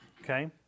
Okay